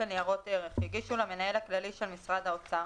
לניירות ערך יגישו למנהל הכללי של משרד האוצר